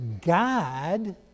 God